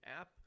app